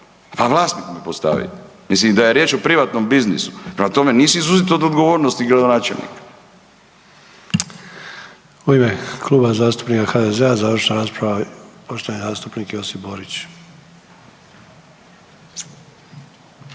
Pa vlasnik me postavi, mislim da je riječ o privatnom biznisu, prema tome nisu izuzet od odgovornosti gradonačelnika. **Sanader, Ante (HDZ)** U ime kluba HDZ-a završna rasprava poštovani zastupnik Josip Borić.